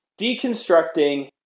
deconstructing